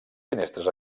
finestres